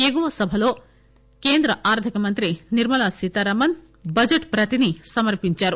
ఎగువ సభలో కేంద్ర ఆర్టిక మంత్రి నిర్మలా సీతారామన్ బడ్లెట్ ప్రతిని సమర్పించారు